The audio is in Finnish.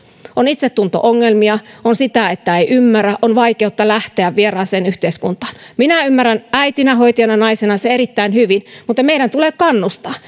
on itsetunto ongelmia on sitä että ei ymmärrä on vaikeutta lähteä vieraaseen yhteiskuntaan minä ymmärrän äitinä hoitajana naisena sen erittäin hyvin mutta meidän tulee kannustaa